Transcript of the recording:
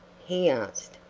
he asked.